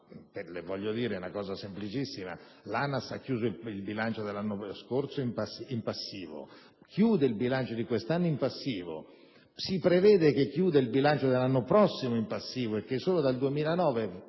euro, tenuto conto che l'ANAS ha chiuso il bilancio dell'anno scorso in passivo, chiude il bilancio di quest'anno in passivo, si prevede che chiuderà il bilancio dell'anno prossimo in passivo e che solo dal 2009